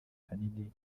kanini